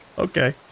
okay.